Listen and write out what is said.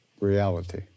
reality